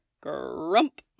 grump